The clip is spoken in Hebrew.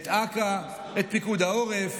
את אכ"א, את פיקוד העורף,